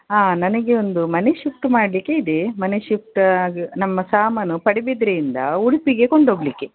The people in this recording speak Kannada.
ಹಾಂ ನನಗೆ ಒಂದು ಮನೆ ಶಿಫ್ಟ್ ಮಾಡಲಿಕ್ಕೆ ಇದೇ ಮನೆ ಶಿಫ್ಟ್ ಹಾಗೆ ನಮ್ಮ ಸಾಮಾನು ಪಡುಬಿದ್ರಿಯಿಂದ ಉಡುಪಿಗೆ ಕೊಂಡು ಹೋಗ್ಲಿಕ್ಕೆ